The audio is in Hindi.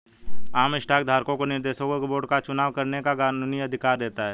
आम स्टॉक धारकों को निर्देशकों के बोर्ड का चुनाव करने का कानूनी अधिकार देता है